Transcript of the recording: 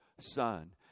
son